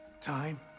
Time